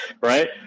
Right